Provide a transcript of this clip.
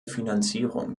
finanzierung